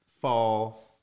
Fall